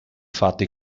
fatto